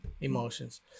emotions